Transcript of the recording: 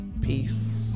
peace